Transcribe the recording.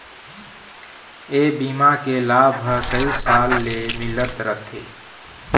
ए बीमा के लाभ ह कइ साल ले मिलत रथे